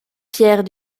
pierre